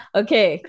okay